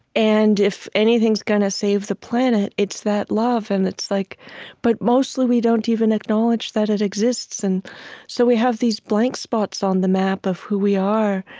and if anything's going to save the planet, it's that love. and like but mostly we don't even acknowledge that it exists. and so we have these blank spots on the map of who we are.